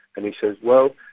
and he says, well,